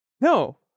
no